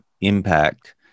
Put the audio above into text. impact